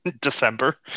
December